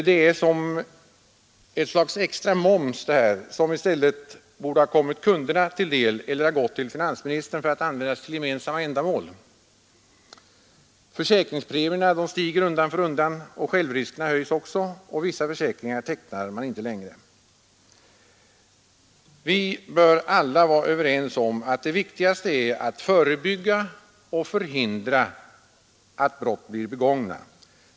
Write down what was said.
Det blir liksom en extra moms, som i stället borde ha kommit kunderna till del eller gått till finansministern för att användas för gemensamma ändamål. Försäkringspremierna stiger undan för undan, självriskerna höjs likaså och vissa försäkringar kan inte längre tecknas. Vi bör alla vara överens om att det viktigaste är att förebygga och förhindra att brott blir begångna.